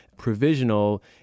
provisional